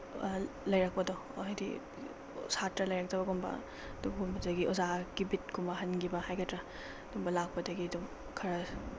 ꯂꯩꯔꯛꯄꯗꯣ ꯍꯥꯏꯗꯤ ꯁꯥꯇ꯭ꯔꯥ ꯂꯩꯔꯛꯄꯕꯒꯨꯝꯕ ꯑꯗꯨꯒꯨꯝꯕꯗꯒꯤ ꯑꯣꯖꯥꯒꯤ ꯕꯤꯠꯀꯨꯝꯕ ꯍꯟꯈꯤꯕ ꯍꯥꯏꯒꯗ꯭ꯔꯥ ꯑꯗꯨꯝꯕ ꯂꯥꯛꯄꯗꯒꯤ ꯑꯗꯨꯝ ꯈꯔ